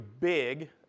big